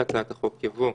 מזהה.